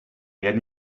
wer